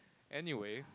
anyway